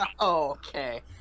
Okay